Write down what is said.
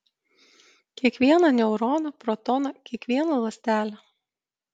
kiekvieną neuroną protoną kiekvieną ląstelę